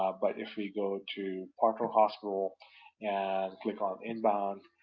ah but if we go to partner hospital and click on inbound,